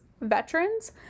veterans